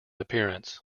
appearance